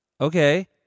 okay